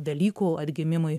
velykų atgimimui